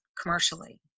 commercially